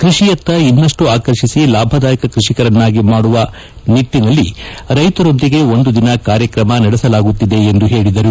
ಕೃಷಿಯತ್ತ ಇನ್ನಷ್ಟು ಆಕರ್ಷಿಸಿ ಲಾಭದಾಯಕ ಕೃಷಿಕರನ್ನಾಗಿ ಮಾಡುವ ನಿಟ್ಟಿನಲ್ಲಿ ರೈತರೊಂದಿಗೆ ಒಂದು ದಿನ ಕಾರ್ಯಕ್ರಮ ನಡೆಸಲಾಗುತ್ತಿದೆ ಎಂದು ಹೇಳಿದರು